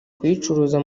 kuyicuruza